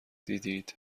دیدید